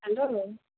hello